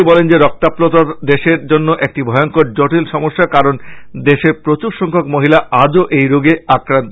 তিনি বলেন যে রক্তাল্পতা দেশের জন্য একটি ভয়স্কর জটিল সমস্যা কারন দেশের প্রচুর সংখ্যক মহিলা আজও এই রোগে আক্রান্ত